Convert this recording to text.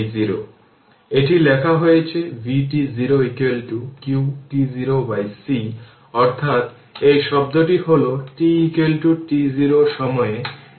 তাই যা করতে পারি তা হল যদি আমি এই জিনিসের আগে এটিকে এভাবে তৈরি করি তাহলে এটি হল একটি লুপ এটি আরেকটি লুপ নিতে পারে এবং যদি এই কারেন্ট i1 হয় তবে এই কারেন্টটি i2